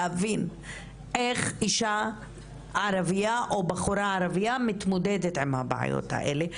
ההבנה לגבי איך אישה ערבייה או בחורה ערבייה מתמודדת עם הבעיות האלה,